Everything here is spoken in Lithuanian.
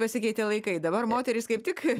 pasikeitė laikai dabar moterys kaip tik